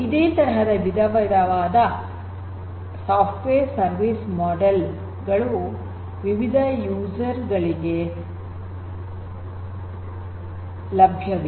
ಇದೇ ತರಹ ವಿವಿಧವಾದ ಸಾಫ್ಟ್ವೇರ್ ಸರ್ವಿಸ್ ಮಾಡೆಲ್ ಗಳು ವಿವಿಧ ಯೂಸೆರ್ ಗಳಿಗೆ ಇಲ್ಲಿ ಲಭ್ಯವಿದೆ